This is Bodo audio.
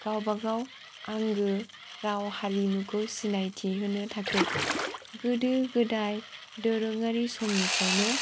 गावबागाव आंगो राव हारिमुखौ सिनायथि होनो थाखै गोदो गोदाय दोरोङारि समनिफ्राइनो